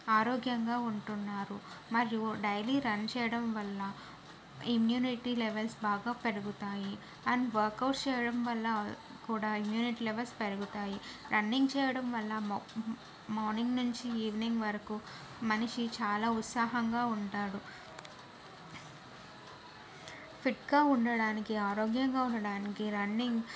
ఆరోగ్యంగా ఉంటున్నారు మరియు డైలీ రన్ చేయడం వల్ల ఇమ్యూనిటీ లెవెల్స్ బాగా పెరుగుతాయి అండ్ వర్కౌట్ చేయడం వల్ల కూడా ఇమ్యూనిటీ లెవెల్స్ పెరుగుతాయి రన్నింగ్ చేయడం వల్ల మార్నింగ్ నుంచి ఈవినింగ్ వరకు మనిషి చాలా ఉత్సాహంగా ఉంటాడు ఫిట్గా ఉండడానికి ఆరోగ్యంగా ఉండడానికి రన్నింగ్